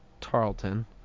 Tarleton